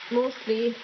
mostly